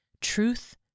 Truth